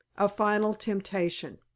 a final temptation